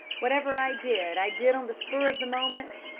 whatever i did, i did on the spur of the moment,